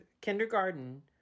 kindergarten